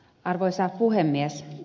arvoisa puhemies